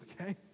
Okay